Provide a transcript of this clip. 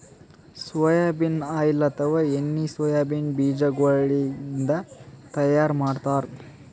soybean oil ಅಥವಾ ಎಣ್ಣಿ soybean ಬಿಜಾಗೋಳಿನ್ದ ತೈಯಾರ್ ಮಾಡ್ತಾರ್